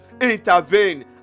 intervene